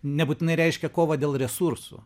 nebūtinai reiškia kovą dėl resursų